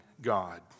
God